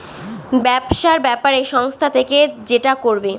ব্যবসার ব্যাপারে সংস্থা থেকে যেটা করবে